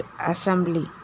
assembly